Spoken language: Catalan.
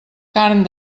carn